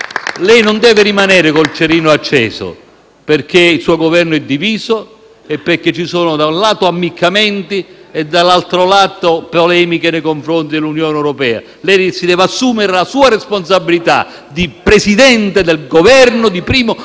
lei non deve rimanere con il cerino acceso perché il suo Governo è diviso e perché ci sono, da un lato, ammiccamenti e, dall'altro, polemiche nei confronti dell'Unione europea. Lei si deve assumere la sua responsabilità di Presidente del Consiglio